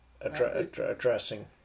addressing